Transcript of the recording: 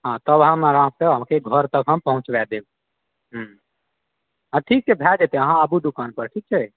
हँ तब हम अहाँके घर तक हम पहुँचबा देब हूँ हँ ठीक छै भए जेतै अहाँ आबु दुकान पर ठीक छै